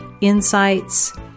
insights